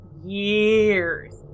years